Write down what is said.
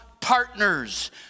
partners